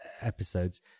episodes